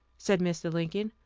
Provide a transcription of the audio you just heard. said mr. lincoln.